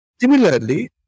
Similarly